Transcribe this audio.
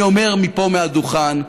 אני אומר מפה, מהדוכן: